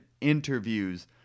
interviews